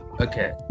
Okay